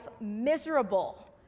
miserable